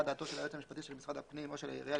דעתו של היועץ המשפטי של משרד הפנים או של העירייה,